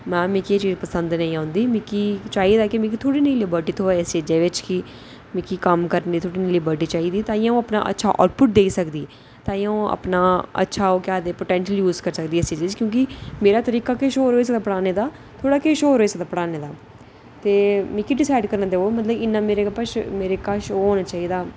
ma'am मिगी एह् चीज पसंद नेईं औंदी मिगी चाहिदा कि मिगी थोह्ड़ी नेही लिबर्टी थ्होऐ इस चीजै बिच कि मिगी कम्म करने च थोह्ड़ी लिबर्टी चाहिदी तां गै अ'ऊं अपना अच्छा आउटपुट देई सकदी तां गै अ'ऊं अपना अच्छा ओह् केह् आखदे पोटैंट यूज करी सकनी ऐ इस चीजै च क्योंकि मेरा तरीका किश होर होई सकदा पढ़ाने दा थुआढ़ा किश होर होई सकदा पढ़ाने दा ते मिगी डिसाइड करना देओ मतलब इन्ना मेरे कश मेरे कश ओह् होना चाहिदा